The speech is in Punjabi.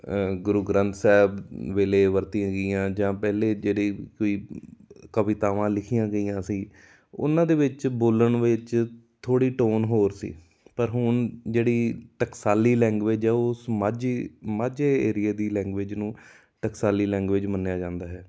ਗੁਰੂ ਗ੍ਰੰਥ ਸਾਹਿਬ ਵੇਲੇ ਵਰਤੀਆਂ ਗਈਆਂ ਜਾਂ ਪਹਿਲੇ ਜਿਹੜੇ ਕੋਈ ਕਵਿਤਾਵਾਂ ਲਿਖੀਆਂ ਗਈਆਂ ਸੀ ਉਹਨਾਂ ਦੇ ਵਿੱਚ ਬੋਲਣ ਵਿੱਚ ਥੋੜ੍ਹੀ ਟੋਨ ਹੋਰ ਸੀ ਪਰ ਹੁਣ ਜਿਹੜੀ ਟਕਸਾਲੀ ਲੈਂਗੁਏਜ ਆ ਉਸ ਮਾਝੀ ਮਾਝੇ ਏਰੀਏ ਦੀ ਲੈਂਗੁਏਜ ਨੂੰ ਟਕਸਾਲੀ ਲੈਂਗੁਏਜ ਮੰਨਿਆ ਜਾਂਦਾ ਹੈ